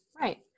Right